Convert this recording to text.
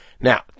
Now